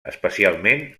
especialment